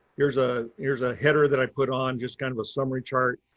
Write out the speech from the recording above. here's a, here's a header that i put on just kind of a summary chart.